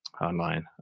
online